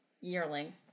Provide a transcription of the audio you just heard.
yearling